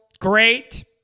great